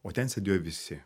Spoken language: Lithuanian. o ten sėdėjo visi